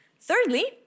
Thirdly